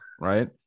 Right